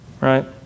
Right